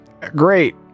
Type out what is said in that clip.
Great